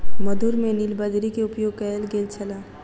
मधुर में नीलबदरी के उपयोग कयल गेल छल